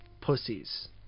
pussies